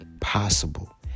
possible